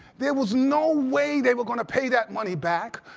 there was no way they were going to pay that money back.